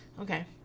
Okay